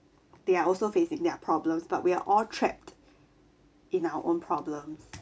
they are also facing their problems but we're all trapped in our own problems